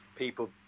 people